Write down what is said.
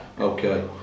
Okay